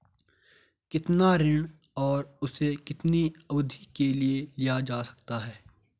कितना ऋण और उसे कितनी अवधि के लिए लिया जा सकता है?